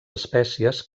espècies